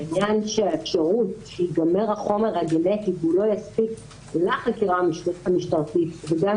האפשרות שהחומר הגנטי ייגמר ולא יספיק לחקירה המשטרתית וגם